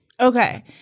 Okay